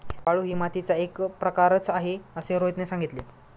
वाळू ही मातीचा एक प्रकारच आहे असे रोहितने सांगितले